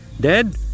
Dead